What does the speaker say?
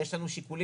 יש לנו שיקולים,